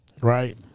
Right